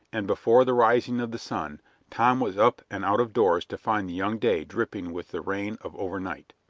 and before the rising of the sun tom was up and out of doors to find the young day dripping with the rain of overnight.